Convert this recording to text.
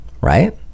right